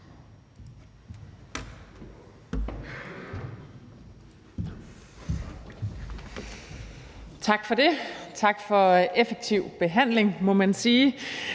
Tak for det. Tak for en effektiv behandling, må man sige.